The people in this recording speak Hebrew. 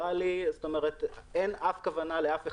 אין אף כוונה לאף אחד,